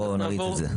בואו נריץ את זה.